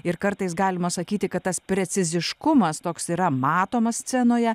ir kartais galima sakyti kad tas preciziškumas toks yra matomas scenoje